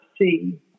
see